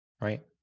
Right